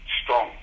strong